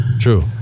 True